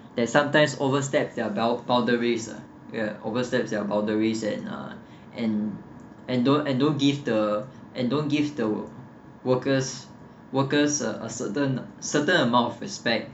there's sometimes overstep their bounda~ boundaries lah overstep their boundaries and uh and and don't and don't give the and don't give the work~ workers workers a certain certain amount of respect